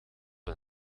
een